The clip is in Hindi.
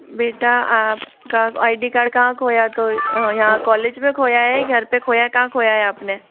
बेटा आपका आई डी कार्ड कहा खोया तो यहाँ कॉलेज में खोया है या घर पे खोया कहा खोया है आपने